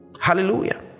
Hallelujah